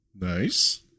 Nice